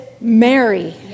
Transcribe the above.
Mary